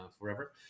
forever